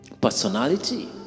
personality